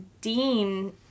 Dean